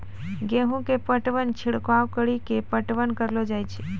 गेहूँ के पटवन छिड़काव कड़ी के पटवन करलो जाय?